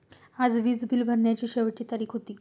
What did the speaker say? आज वीज बिल भरण्याची शेवटची तारीख होती